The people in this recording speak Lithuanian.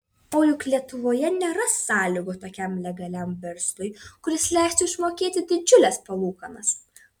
o juk lietuvoje nėra sąlygų tokiam legaliam verslui kuris leistų išmokėti didžiules palūkanas